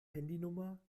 handynummer